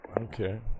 Okay